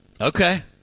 Okay